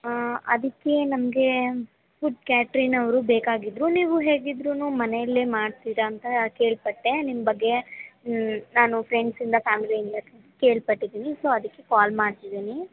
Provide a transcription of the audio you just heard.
ಅದಕ್ಕೆ ನಮಗೆ food catering ಅವರು ಬೇಕಾಗಿದ್ದರು ನೀವು ಹೇಗಿದ್ರು ಮನೆಯಲ್ಲೇ ಮಾಡ್ತೀರ ಅಂತ ಕೇಳಪಟ್ಟೆ ನಿಮ್ಮ ಬಗ್ಗೆ ನಾನು ಫ್ರೆಂಡ್ಸಿಂದ ಫ್ಯಾಮಿಲಿಯಿಂದ ಕೇಳಪಟ್ಟಿದ್ದೀನಿ ಸೊ ಅದಕ್ಕೆ ಕಾಲ್ ಮಾಡ್ತಿದ್ದೀನಿ